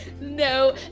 no